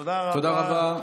תודה רבה.